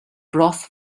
broth